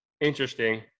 Interesting